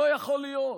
לא יכול להיות?